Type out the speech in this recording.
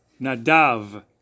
nadav